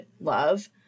love